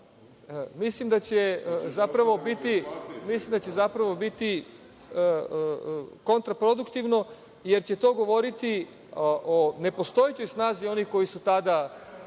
mislim da će zapravo biti kontraproduktivno, jer će to govoriti o nepostojećoj snazi onih koji su tada